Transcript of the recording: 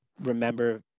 remember